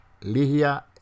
Ligia